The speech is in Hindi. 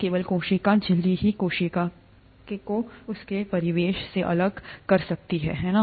केवल कोशिका झिल्ली ही कोशिका को उसके परिवेश से अलग करती है है ना